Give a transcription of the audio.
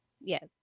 Yes